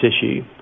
issue